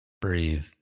breathe